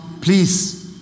please